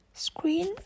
Screen